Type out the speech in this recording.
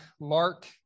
Mark